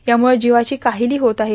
यामुळं जिवाची काहीली होत आहे